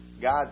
God